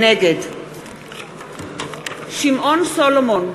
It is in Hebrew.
נגד שמעון סולומון,